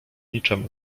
niczem